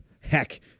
heck